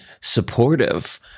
supportive